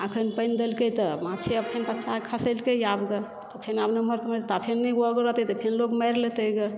अखनि पानि देलकै तऽ माछे अखन बच्चा खसेलकैए आब गऽ फेन आब नमहर तमहर हेतै तऽ फेन नहि कोइ अगोरतै तऽ फेन लोग मारि लेतै गऽ